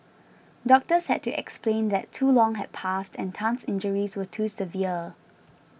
doctors had to explain that too long had passed and Tan's injuries were too severe